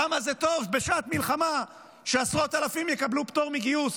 למה זה טוב שבשעת מלחמה עשרות אלפים יקבלו פטור מגיוס,